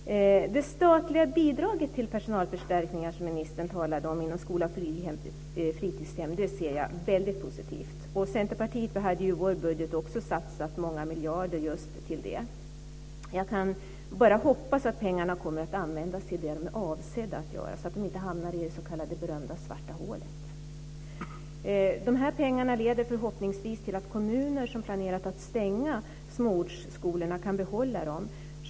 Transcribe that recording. Det statliga bidraget till personalförstärkningar, som ministern talade om, inom skola och fritidshem ser jag som väldigt positivt. Vi i Centerpartiet hade i vår budget också satsat många miljarder just på det. Jag kan bara hoppas att pengarna kommer att användas till det som de är avsedda för, så att de inte hamnar i det berömda s.k. svarta hålet. De här pengarna leder förhoppningsvis till att kommuner som planerat att stänga småortsskolorna kan behålla dem.